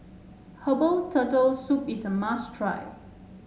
Herbal Turtle Soup is a must try